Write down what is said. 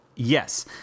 Yes